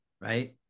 right